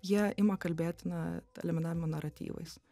jie ima kalbėti na eliminavimo naratyvais